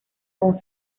con